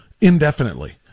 indefinitely